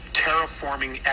terraforming